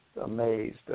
amazed